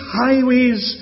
highways